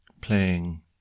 Playing